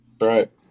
Right